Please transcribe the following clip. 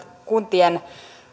kuntien